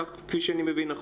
כפי שאני מבין.